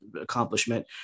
accomplishment